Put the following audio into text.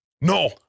No